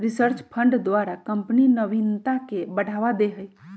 research fund द्वारा company नविनता के बढ़ावा दे हइ